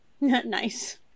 Nice